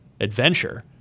adventure